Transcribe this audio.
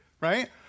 right